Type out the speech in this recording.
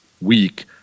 week